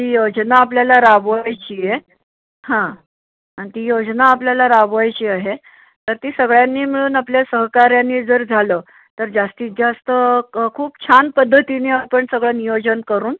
ती योजना आपल्याला राबवायची आहे हां आणि ती योजना आपल्याला राबवायची आहे तर ती सगळ्यांनी मिळून आपल्या सहकाऱ्यांनी जर झालं तर जास्तीत जास्त क खूप छान पद्धतीनी आपण सगळं नियोजन करून